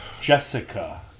Jessica